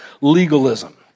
legalism